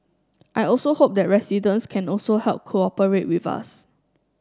I also hope that residents can also help cooperate with us